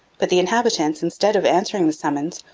but the inhabitants, instead of answering the summons,